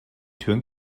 türen